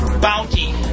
bounty